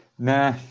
Nah